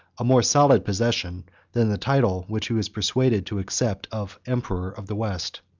a more solid possession than the title which he was persuaded to accept, of emperor of the west.